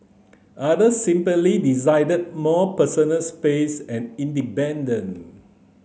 others simply desired more personal space and independence